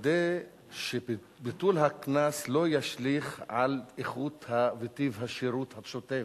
לוודא שביטול הקנס לא ישליך על איכות השירות וטיב השירות השוטף,